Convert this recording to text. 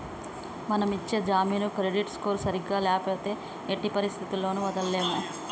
మనం ఇచ్చే జామీను క్రెడిట్ స్కోర్ సరిగ్గా ల్యాపోతే ఎట్టి పరిస్థతుల్లోను వదలలేము